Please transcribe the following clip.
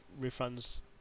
refunds